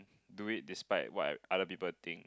do it despite what ev~ other people think